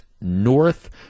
north